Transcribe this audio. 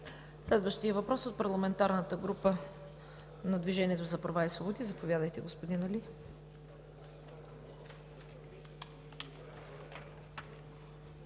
Следващият въпрос е от парламентарната група на „Движението за права и свободи“. Заповядайте, господин Али.